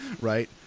Right